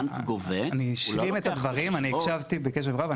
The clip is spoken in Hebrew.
אני הקשבתי בקשב רב.